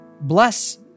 Bless